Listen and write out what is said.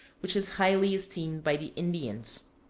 which is highly esteemed by the indians.